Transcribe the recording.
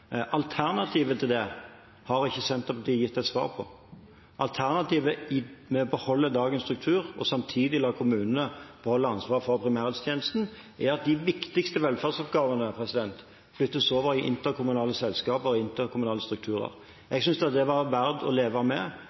Alternativet til det har ikke Senterpartiet gitt et svar på. Alternativet med å beholde dagens struktur og samtidig la kommunene beholde ansvaret for primærhelsetjenesten, er at de viktigste velferdsoppgavene flyttes over i interkommunale selskaper og interkommunale strukturer. Jeg synes at det er verdt å leve med